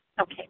Okay